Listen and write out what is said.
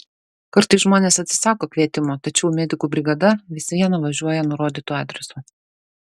kartais žmonės atsisako kvietimo tačiau medikų brigada vis viena važiuoja nurodytu adresu